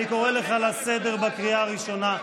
אני קורא אותך לסדר בקריאה הראשונה.